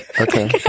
okay